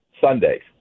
Sundays